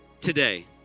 Today